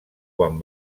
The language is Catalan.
quan